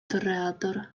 toreador